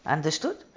Understood